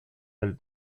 del